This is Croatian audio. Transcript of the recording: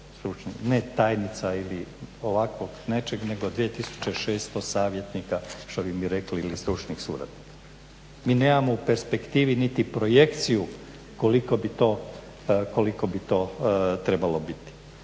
ne tajnica ili ovako nečeg nego 2600 savjetnika, što bi mi rekli ili stručnih suradnika. Mi nemamo u perspektivi niti projekciju koliko bi to, koliko bi